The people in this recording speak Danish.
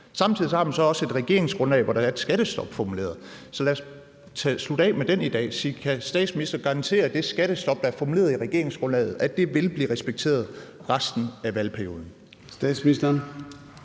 samtidig har man så også et regeringsgrundlag, hvor der er formuleret et skattestop, så lad os slutte af med det i dag: Kan statsministeren garantere, at det skattestop, der er formuleret i regeringsgrundlaget, vil blive respekteret i resten af valgperioden?